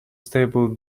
stable